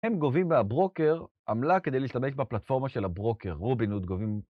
הם גובים מהברוקר עמלה כדי להשתמש בפלטפורמה של הברוקר, רובין הוד גובים...